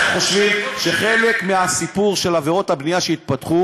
אנחנו חושבים שחלק מהסיפור של עבירות הבנייה שהתפתחו